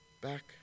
back